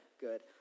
Good